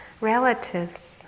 relatives